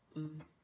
mm